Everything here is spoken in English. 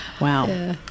wow